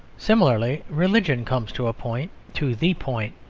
similarly, religion comes to a point to the point.